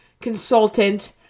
consultant